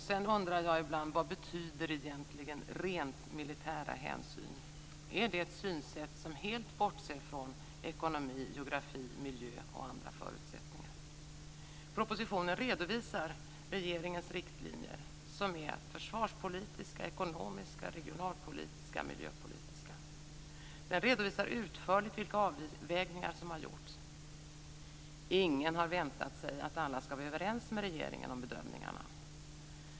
Sedan undrar jag ibland vad "rent militära hänsyn" egentligen betyder. Är det ett synsätt som helt bortser från ekonomi, geografi, miljö och andra förutsättningar? Propositionen redovisar regeringens riktlinjer, som är försvarspolitiska, ekonomiska, regionalpolitiska och miljöpolitiska. Den redovisar utförligt vilka avvägningar som har gjorts. Ingen har väntat sig att alla ska vara överens med regeringen om bedömningarna.